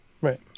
right